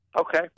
Okay